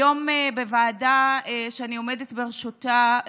היום בוועדה שאני עומדת בראשותה,